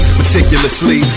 meticulously